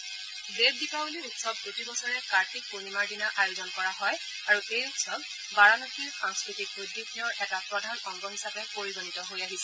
এই দেৱ দীপাবলী উৎসৱ প্ৰতিবছৰে কাৰ্তিক পূৰ্ণিমাৰ দিনা আয়োজন কৰা হয় আৰু এই উৎসৱ বাৰানসৰীৰ সাংস্কৃতিক ঐতিহ্যৰ এটা প্ৰধান অংগ হিচাপে পৰিগণিত হৈ আছে